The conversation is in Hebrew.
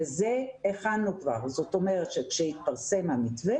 וזה הכנו כבר, זאת אומרת שכשיתפרסם המתווה